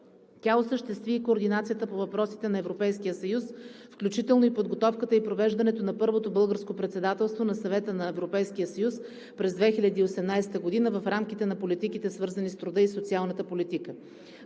Тя осъществи и координацията по въпросите на Европейския съюз, включително и подготовката, и провеждането на първото Българско председателство на Съвета на Европейския съюз през 2018 г. в рамките на политиките, свързани с труда и социалната политика.